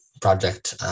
project